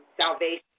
salvation